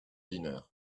dinner